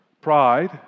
pride